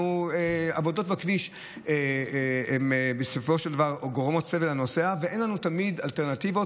עבודות בכביש בסופו של דבר גורמות סבל לנוסע ואין לנו תמיד אלטרנטיבות.